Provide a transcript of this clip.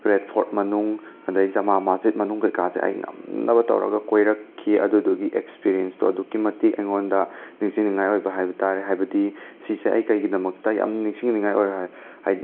red Fort ꯃꯅꯨꯡ ꯑꯗꯩ ꯖꯃꯥ ꯃꯥꯁꯖꯤꯠ ꯃꯅꯨꯡ ꯀꯩꯀꯥꯁꯦ ꯑꯩꯅ ꯉꯝꯅꯕ ꯇꯧꯔꯒ ꯀꯣꯏꯔꯛꯈꯤ ꯑꯗꯨꯗꯨꯒꯤ ꯑꯦꯛꯄꯤꯔꯤꯌꯦꯟꯁꯇꯣ ꯑꯗꯨꯛꯀꯤ ꯃꯇꯤꯛ ꯑꯩꯉꯣꯟꯗ ꯅꯤꯡꯁꯤꯡꯅꯤꯡꯉꯥꯏ ꯑꯣꯏꯕ ꯍꯥꯏꯕ ꯇꯥꯔꯦ ꯍꯥꯏꯕꯗꯤ ꯁꯤꯁꯦ ꯑꯩ ꯀꯩꯒꯤꯗꯃꯛꯇ ꯌꯥꯝꯅ ꯅꯤꯡꯁꯤꯡꯅꯤꯡꯅꯤꯡꯉꯥꯏ ꯑꯣꯏꯕ ꯍꯥꯏꯗꯤ